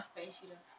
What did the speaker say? kak inshira